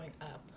up